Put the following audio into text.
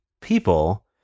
people